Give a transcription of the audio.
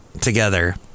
together